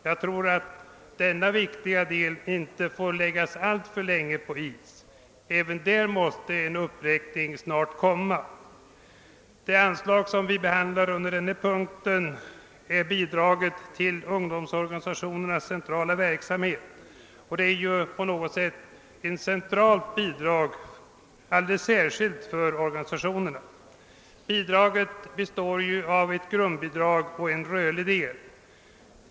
Jag tror att denna viktiga del av ungdomsverksamheten inte alltför länge får läggas på is; en uppräkning måste snart komma till stånd. Det anslag vi behandlar under denna punkt — Bidrag till ungdomsorganisationernas centrala verksamhet — är betydelsefullt och utgör på något sätt garantin för organisationernas verksamhet. Bidraget består av ett grundbidrag och en rörlig del.